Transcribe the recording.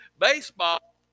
baseball